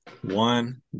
one